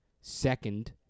second